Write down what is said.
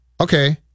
Okay